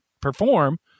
perform